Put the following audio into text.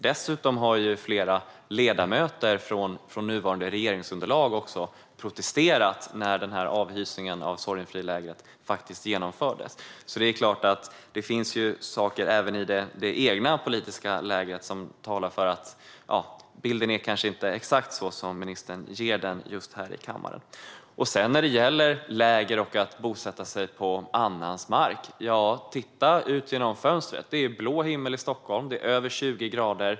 Dessutom protesterade flera ledamöter från nuvarande regeringsunderlag när avhysningen av Sorgenfrilägret genomfördes, så det är klart att det finns saker även i ministerns eget politiska läger som talar för att bilden inte är exakt den som ministern ger här i kammaren. När det gäller läger och att bosätta sig på annans mark är det bara att titta ut genom fönstret. Det är blå himmel i Stockholm; det är över 20 grader.